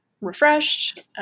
refreshed